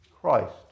Christ